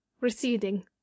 receding